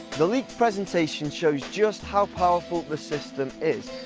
the leaked presentation shows just how powerful the system is,